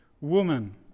Woman